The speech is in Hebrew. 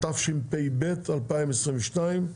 התשפ"ב 2022,